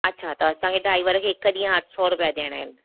अच्छा त असांखे ड्राईवर खे हिकु ॾींहुं अठ सौ रुपिया ॾियणा आहिनि